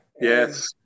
Yes